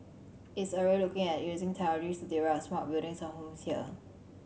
it is already looking at using technologies to developing smart buildings and homes here